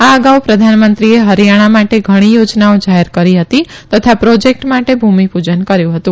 આ અગાઉ પ્રધાનમંત્રીએ હરીયાણા માટે ઘણી યોજનાઓ જાહેર કરી હતી તથા પ્રોજેકટ માટે ભૂમિપુજન કર્યુ હતું